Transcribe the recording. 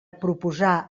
proposar